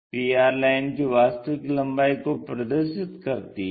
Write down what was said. pr line की वास्तविक लम्बाई को प्रदर्शित करती है